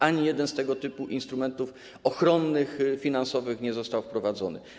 Ani jeden z tego typu instrumentów ochronnych finansowych nie został wprowadzony.